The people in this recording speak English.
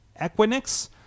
Equinix